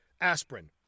aspirin